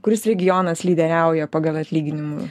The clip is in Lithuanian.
kuris regionas lyderiauja pagal atlyginimų